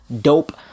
dope